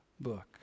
book